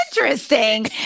interesting